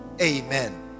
Amen